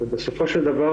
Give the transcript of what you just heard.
ובסופו של דבר,